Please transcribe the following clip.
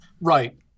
Right